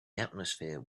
atmosphere